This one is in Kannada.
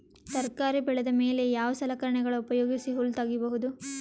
ತರಕಾರಿ ಬೆಳದ ಮೇಲೆ ಯಾವ ಸಲಕರಣೆಗಳ ಉಪಯೋಗಿಸಿ ಹುಲ್ಲ ತಗಿಬಹುದು?